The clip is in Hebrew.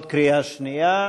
זו קריאה שנייה.